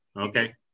Okay